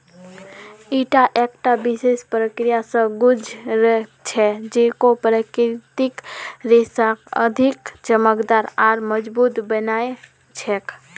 ईटा एकता विशेष प्रक्रिया स गुज र छेक जेको प्राकृतिक रेशाक अधिक चमकदार आर मजबूत बना छेक